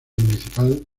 municipal